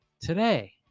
Today